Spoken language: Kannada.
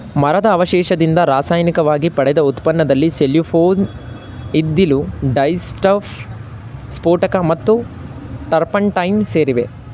ಮರದ ಅವಶೇಷದಿಂದ ರಾಸಾಯನಿಕವಾಗಿ ಪಡೆದ ಉತ್ಪನ್ನದಲ್ಲಿ ಸೆಲ್ಲೋಫೇನ್ ಇದ್ದಿಲು ಡೈಸ್ಟಫ್ ಸ್ಫೋಟಕ ಮತ್ತು ಟರ್ಪಂಟೈನ್ ಸೇರಿವೆ